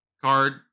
card